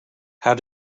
how